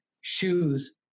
shoes